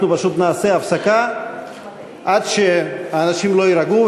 אנחנו פשוט נעשה הפסקה עד שהאנשים יירגעו,